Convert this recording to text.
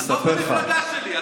עזוב את המפלגה שלי.